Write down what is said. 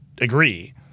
agree